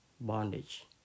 bondage